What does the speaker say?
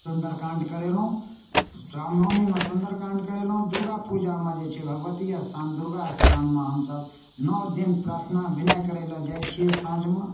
सुन्दरकाण्ड करेलहुॅं रामनवमीमे सुन्दरकाण्ड करेलहुॅं दुर्गा पूजामे जे छै भगवती स्थान दुर्गा स्थानमे हमसब नओ दिन प्रार्थना बिनय करै लए जाइ छियै साँझमे